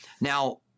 Now